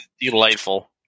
delightful